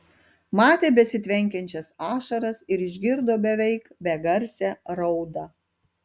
matė besitvenkiančias ašaras ir išgirdo beveik begarsę raudą